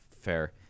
fair